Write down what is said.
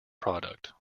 product